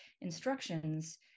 instructions